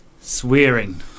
Swearing